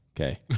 Okay